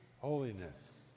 holiness